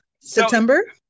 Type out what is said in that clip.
September